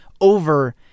over